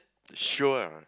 sure